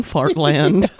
Fartland